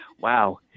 Wow